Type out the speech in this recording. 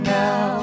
now